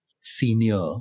senior